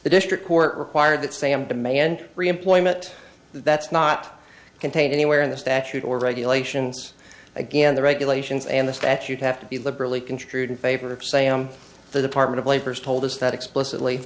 the district court required that same demand reemployment that's not contained anywhere in the statute or regulations again the regulations and the statute have to be liberally construed in favor of saying the department of labor's told us that explicitly